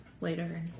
later